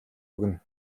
өгнө